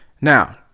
Now